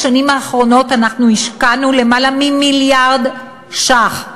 בשנים האחרונות אנחנו השקענו יותר ממיליארד שקלים